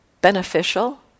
beneficial